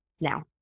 now